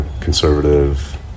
conservative